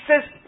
says